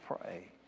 pray